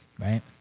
Right